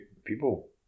people